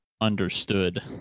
Understood